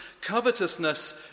covetousness